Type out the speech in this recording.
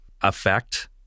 effect